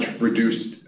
reduced